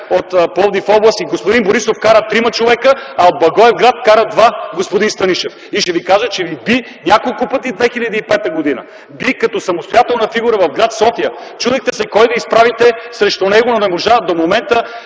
от Пловдив-област. Господин Борисов вкара трима човека, а от Благоевград вкара двама, господин Станишев. И ще Ви кажа, че Ви би няколко пъти през 2005 г. Би като самостоятелна фигура в гр. София. Чудихте се кой да изправите срещу него, но не можахте.